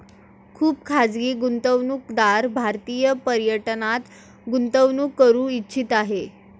खुप खाजगी गुंतवणूकदार भारतीय पर्यटनात गुंतवणूक करू इच्छित आहे